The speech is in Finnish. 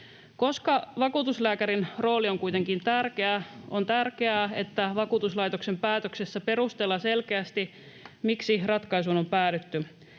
Koska vakuutuslääkärin rooli on kuitenkin tärkeä, on tärkeää, että vakuutuslaitoksen päätöksessä perustellaan selkeästi, miksi ratkaisuun on päädytty.